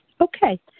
Okay